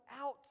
out